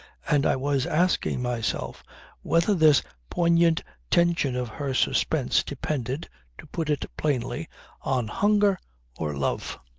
and i was asking myself whether this poignant tension of her suspense depended to put it plainly on hunger or love.